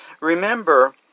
Remember